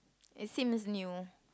it seems new